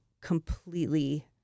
completely